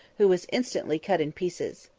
who was instantly cut in pieces.